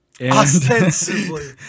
Ostensibly